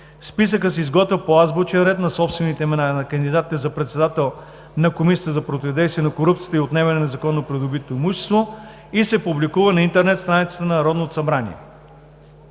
Списъкът се изготвя по азбучен ред на собствените имена на кандидатите за председател на Комисията за противодействие на корупцията и за отнемане на незаконно придобитото имущество и се публикува на интернет страницата на Народното събрание.